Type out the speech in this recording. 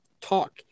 talk